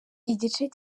igice